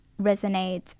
resonates